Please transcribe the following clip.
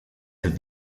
have